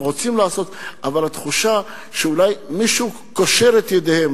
אבל התחושה היא שאולי מישהו קושר את ידיהם,